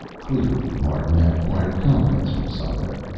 clearly martin had acquired confidence from somewhere.